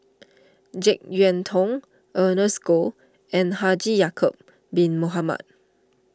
Jek Yeun Thong Ernest Goh and Haji Ya'Acob Bin Mohamed